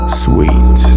sweet